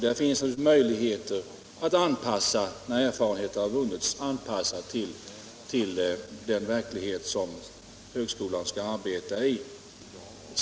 Där finns möjligheter när erfarenheter har vunnits att anpassa till den verklighet som högskolan skall arbeta i.